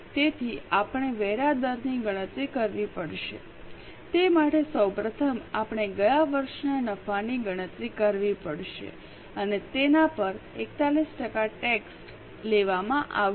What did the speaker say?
તેથી આપણે વેરા દરની ગણતરી કરવી પડશે તે માટે સૌ પ્રથમ આપણે ગયા વર્ષના નફાની ગણતરી કરવી પડશે અને તેના પર 41 ટકા ટેક્સ લેવામાં આવશે